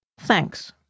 Thanks